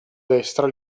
destra